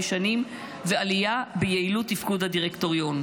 שנים ועלייה ביעילות תפקוד הדירקטוריון.